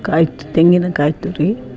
ಕಾಯಿ ತ್ ತೆಂಗಿನಕಾಯಿ ತುರಿ